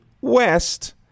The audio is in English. West